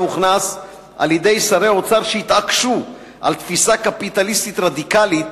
הוכנס על-ידי שרי אוצר שהתעקשו על תפיסה קפיטליסטית רדיקלית,